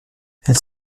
elle